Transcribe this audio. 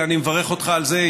ואני מברך אותך על זה,